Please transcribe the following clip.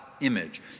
image